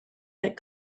that